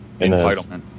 Entitlement